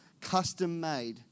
custom-made